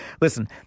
listen